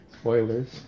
Spoilers